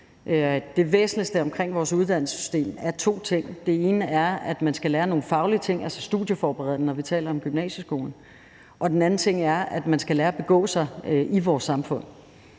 Det væsentligste omkring vores uddannelsessystem er to ting. Det ene er, at man skal lære nogle faglige ting, altså noget studieforberedende, når vi taler om gymnasieskolen, og det andet er, at man skal lære at begå sig i vores samfund.